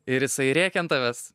ir jisai rėkia ant tavęs